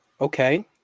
okay